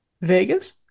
Vegas